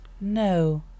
no